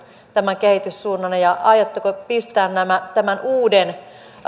tämän kehityssuunnan ja aiotteko pistää tämän uuden